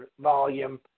volume